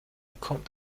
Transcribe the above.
kommt